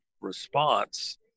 response